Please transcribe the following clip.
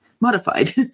modified